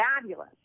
fabulous